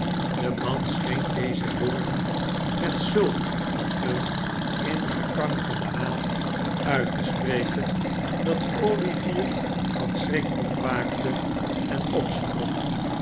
de man scheen deze woorden met zulk een ingekankerden haat uit te spreken dat olivier van schrik ontwaakte en opsprong